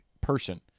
person